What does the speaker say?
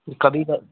कभी कभी